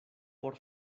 por